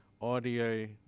audio